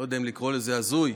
לא יודע אם לקרוא לזה הזויה,